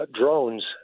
drones